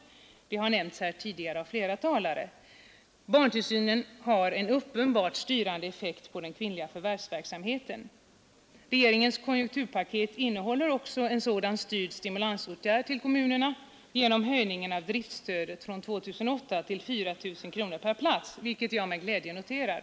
Detta har nämnts av flera talare under den här debatten. Tillgången till barntillsyn har en uppenbart styrande effekt på den kvinnliga förvärvsverksamheten. Regeringens konjunkturpaket innehåller också en sådan styrd stimulansåtgärd till kommunerna genom höjningen av driftstödet från 2 800 till 4 000 kronor per plats, vilket jag med glädje noterar.